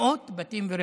מאות בתים ורכבים.